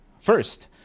first